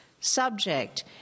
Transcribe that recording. subject